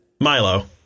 Milo